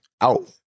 out